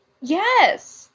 yes